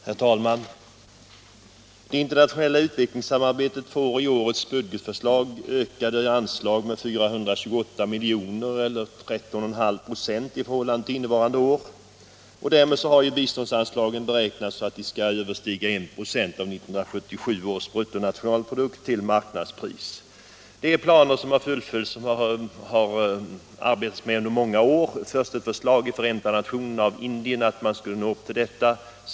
Herr talman! Det internationella utvecklingssamarbetet får i årets budgetförslag sitt anslag ökat med 428 milj.kr. eller med 13,5 96 i förhållande till innevarande år. Därmed har biståndsanslaget beräknats överstiga 1 96 av 1977 års bruttonationalprodukt till marknadspris. Därmed fullföljs ett arbete som pågått under många år. Först föreslog Indien i Förenta nationerna att man skulle nå upp till detta mål.